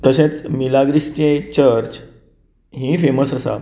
तशेंच मिलाग्रिसची चर्च ही फेमस आसा